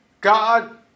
God